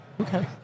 Okay